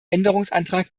änderungsantrag